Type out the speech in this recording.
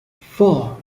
four